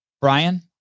Brian